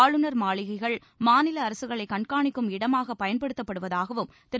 ஆளுநர் மாளிகைகள் மாநில அரசுகளை கண்காணிக்கும் இடமாக பயன்படுத்தப்படுவதாகவும் திரு